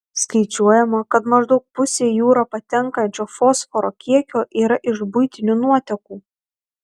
skaičiuojama kad maždaug pusė į jūrą patenkančio fosforo kiekio yra iš buitinių nuotekų